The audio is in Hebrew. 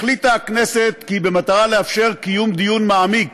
החליטה הכנסת כי במטרה לאפשר דיון מעמיק